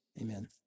Amen